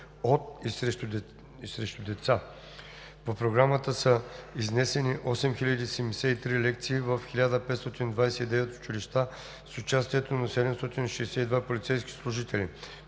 от и срещу деца. По програмата са изнесени 8073 лекции в 1529 училища с участието на 762 полицейски служители.